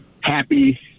Happy